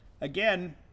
again